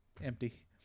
Empty